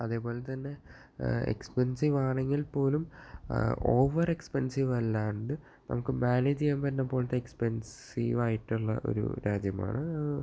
അതേപോലെ തന്നെ എക്സ്പെന്സീവാണെങ്കില് പോലും ഓവര് എക്സ്പെന്സീവ് അല്ലാതെ നമുക്ക് മാനേജ് ചെയ്യാന് പറ്റുന്ന പോലത്തെ എക്സ്പെന്സീവായിട്ടുള്ള ഒരു രാജ്യമാണ്